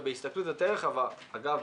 ובהסתכלות יותר רחבה אגב,